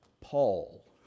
Paul